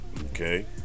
Okay